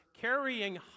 carrying